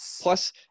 plus